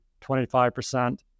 25%